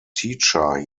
teacher